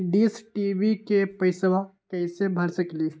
Dish TV के पैईसा कईसे भर सकली?